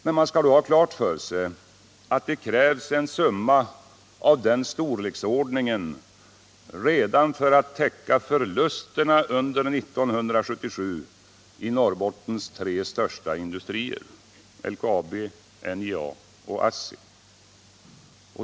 Man skall då ha klart för sig att det krävs en summa av den storleksordningen redan för att täcka förlusterna under 1977 i Norrbottens tre största industrier, LKAB, NJA och ASSI.